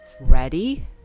ready